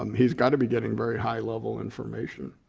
um he's gotta be getting very high level information.